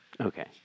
Okay